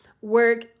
work